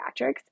pediatrics